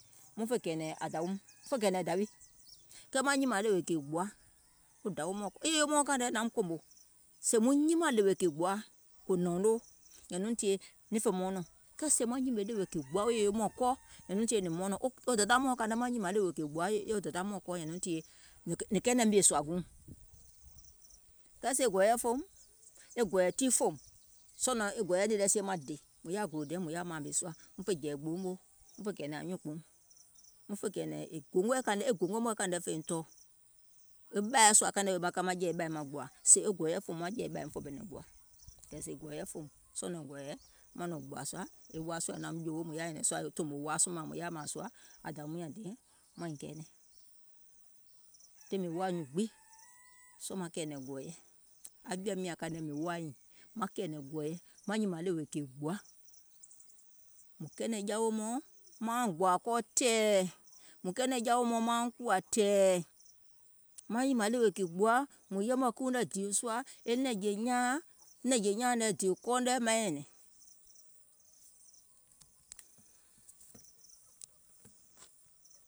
Muŋ fè kɛ̀ɛ̀nɛ̀ŋ ȧn dàwium mùŋ fè kɛ̀ɛ̀nɛ̀ŋ ȧŋ dàwi, kɛɛ maŋ nyìmàŋ ɗèwè kìì gbòa, wo dàwi mɔɔ̀ŋ wo yèye mɔɔ̀ŋ kȧnɔ̀ɔŋ naum kòmò, sèè muŋ nyimȧȧŋ ɗèwè kìì gbòa nɛ̀ɛ̀ùŋ noo nyɛ̀nuuŋ tìyèe niŋ fè mɔɔnɔ̀ŋ, kɛɛ sèè maŋ nyìmè ɗèwè wo yèye mɔɔ̀ŋ kɔɔ, nyɛ̀nuuŋ tìyèe nìŋ mɔɔnɔ̀ŋ, wo dèda mɔɔ̀ŋ maŋ nyìmȧŋ ɗèwè kìì gbòa wo dèda mɔɔ̀ŋ kɔɔ nyìnuuŋ tìyèe nɔ̀ŋ mìèsùȧ guùŋ, kɛɛ sèè e gɔ̀ɔ̀yɛ fòum, e gɔ̀ɔ̀yɛ̀ tii fòùm, sɔɔ̀ nɔŋ e gɔ̀ɔ̀yɛ nìì lɛ sie maŋ dè mùŋ yaà maŋ gòlò diɛŋ mùŋ yaȧ mȧȧmè sùà muŋ fè jɛ̀ì gboo moo muŋ fè kɛ̀ɛ̀nɛ̀ŋ nyuùnkpùuŋ, muŋ fè kɛ̀ɛ̀nɛ̀ŋ gòngò, e gòngoɛ̀ kȧìŋ nɛ muŋ fèiŋ tɔɔ̀, e ɓàɛɛ̀ sùȧ kàiŋ nɛ wèè maŋ ka maŋ jɛ̀ì wèè maŋ gbòȧ, sèè e gɔ̀ɔ̀yɛ fòùm maŋ jɛ̀ì ɓȧi muŋ fè gbòȧ, fòoo gɔ̀ɔ̀yɛ fòùm, sɔɔ̀ nɔŋ gɔ̀ɔ̀yɛ maŋ nɔ̀ŋ gbòȧ sùȧ waasu fòfoo mùŋ yaȧ nyɛ̀nɛ̀ŋ sùȧ e tomò waasu mùŋ yaȧ mȧȧŋ sùȧ aŋ dȧwium nyȧŋ diɛŋ, tiŋ mìŋ woȧ nyùùŋ gbiŋ, sɔɔ̀ maŋ kɛ̀ɛ̀nɛ̀ŋ gɔ̀ɔ̀yɛ, aŋ jɔ̀ȧim nyȧŋ kȧìŋ nɛ mìŋ woȧ nyiŋ nìŋ, maŋ kɛ̀ɛ̀nɛ̀ŋ gɔ̀ɔ̀yɛ, maŋ nyìmȧŋ ɗèwè kìì gbòa, mùŋ kɛɛnɛ̀ŋ jawè mɔɔ̀ŋ, mauŋ gbòȧ kɔɔ tɛ̀ɛ̀, mùŋ kɛɛnɛ̀ŋ jawè mɔɔ̀ŋ mauŋ kùwȧ tɛ̀ɛ̀, maŋ nyìmàŋ ɗèwè kìì gbòa, mùŋ yɛmɛ̀ kiiuŋ nɛ̀ dìì sùȧ e nɛ̀ŋjè nyaȧuŋ e dèè kɔɔuŋ nɛ̀ maiŋ nyɛ̀nɛ̀ŋ.